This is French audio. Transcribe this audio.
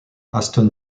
aston